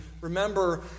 remember